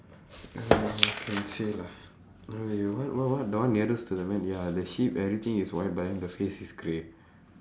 can see lah !aiya! what what what the one nearest to the man ya the sheep everything is white but then the face is grey